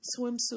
swimsuit